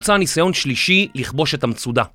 תמצא ניסיון שלישי לכבוש את המצודה